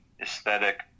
aesthetic